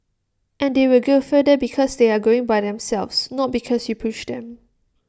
and they will go further because they are going by themselves not because you pushed them